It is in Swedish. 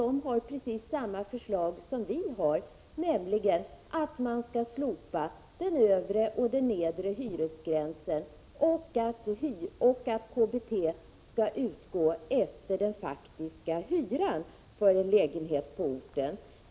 De föreslår detsamma som vi, nämligen att man skall slopa den övre och den nedre hyresgränsen och att KBT skall utgå efter den faktiska hyran för en lägenhet på orten.